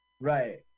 Right